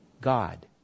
God